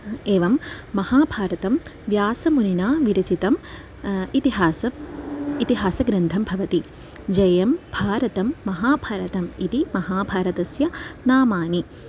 एवं महाभारतं व्यासमुनिना विरचितम् इतिहास इतिहासग्रन्थं भवति जयं भारतं महाभारतम् इति महाभारतस्य नामानि